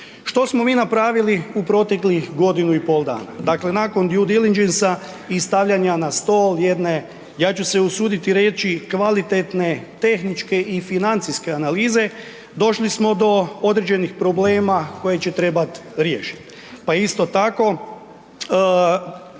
Što smo mi napravili u proteklih godinu i pol dana. Dakle, nakon Due diligence-a i stavljanja na stol jedne, ja ću se usuditi reći, kvalitetne tehničke i financijske analize, došli smo do određenih problema koje će trebati riješiti. Pa isto tako,